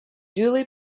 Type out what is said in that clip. duly